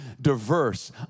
diverse